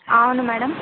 అవును మేడం